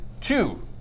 two